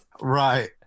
Right